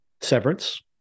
Severance